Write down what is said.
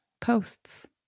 posts